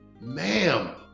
ma'am